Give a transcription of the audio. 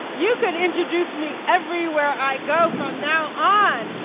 you can introduce me everywhere i go from now on.